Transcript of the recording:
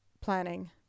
planning